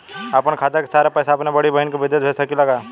अपने खाते क सारा पैसा अपने बड़ी बहिन के विदेश भेज सकीला का?